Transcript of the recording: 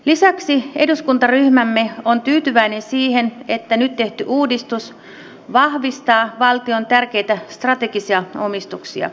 lisäksi eduskuntaryhmämme on tyytyväinen siihen että nyt tehty uudistus vahvistaa valtion tärkeitä strategisia omistuksia